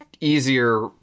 easier